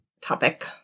topic